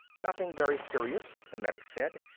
nothing very serious, the medic said.